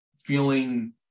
feeling